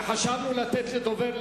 וחשבנו לתת לדובר,